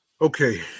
Okay